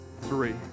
three